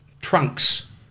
trunks